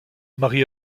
mari